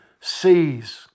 sees